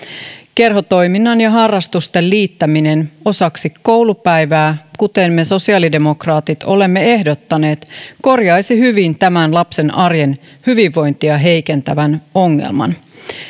kerhotoiminnan ja harrastusten liittäminen osaksi koulupäivää kuten me sosiaalidemokraatit olemme ehdottaneet korjaisi hyvin tämän lapsen arjen hyvinvointia heikentävän ongelman